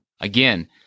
Again